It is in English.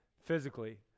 physically